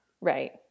Right